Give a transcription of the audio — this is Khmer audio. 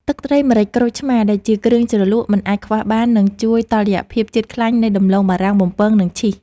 ទឹកត្រីម្រេចក្រូចឆ្មាដែលជាគ្រឿងជ្រលក់មិនអាចខ្វះបាននឹងជួយតុល្យភាពជាតិខ្លាញ់នៃដំឡូងបារាំងបំពងនិងឈីស។